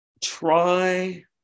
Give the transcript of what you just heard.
Try